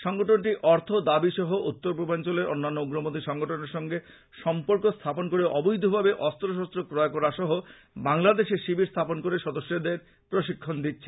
সংগঠনটি অর্থ দাবী সহ উত্তরপূর্বাঞ্চলের অন্যান্য উগ্রপন্থী সংগঠনের সঙ্গে সম্পর্ক স্থাপন করে অবৈধভাবে অস্ত্র শস্ত্র ক্রয় করা সহ বাংলাদেশে শিবির স্থাপন করে সদস্যদের প্রশিক্ষন দিচ্ছে